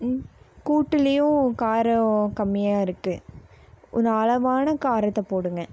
ம் கூட்டுலேயும் காரம் கம்மியாக இருக்குது ஒன்று அளவான காரத்தை போடுங்கள்